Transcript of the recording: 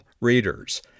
readers